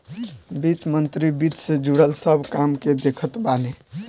वित्त मंत्री वित्त से जुड़ल सब काम के देखत बाने